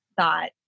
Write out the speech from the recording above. thought